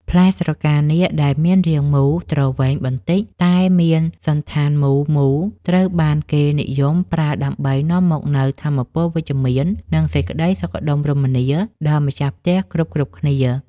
ផ្លែស្រកានាគដែលមានរាងមូលទ្រវែងបន្តិចតែមានសណ្ឋានមូលមូលត្រូវបានគេនិយមប្រើដើម្បីនាំមកនូវថាមពលវិជ្ជមាន និង សេចក្តីសុខដុមរមនាដល់ម្ចាស់ផ្ទះគ្រប់ៗគ្នា។